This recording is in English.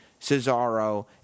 Cesaro